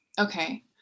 Okay